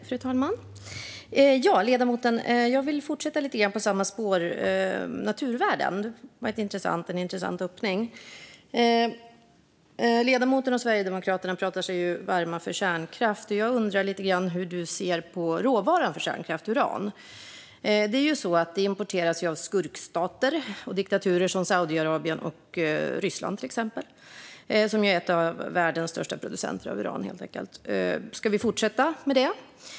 Fru talman! Jag vill fortsätta på samma spår. Naturvärden är en intressant öppning. Ledamoten och Sverigedemokraterna pratar sig varma för kärnkraft, och jag undrar hur ledamoten ser på råvaran för kärnkraft: uran. Det importeras ju från skurkstater och diktaturer som Saudiarabien och Ryssland, som är en av världens största producenter av uran. Ska vi fortsätta med det?